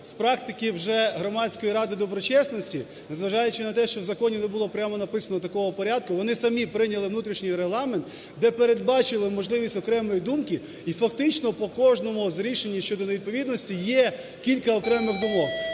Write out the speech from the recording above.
з практики вже Громадської ради доброчесності, незважаючи на те, що в законі не було прямо написано такого порядку, вони самі прийняли внутрішній регламент, де передбачили можливість окремої думки, і фактично по кожному з рішень щодо невідповідності є кілька окремих думок.